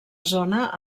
zona